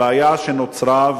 הבעיה שנוצרה,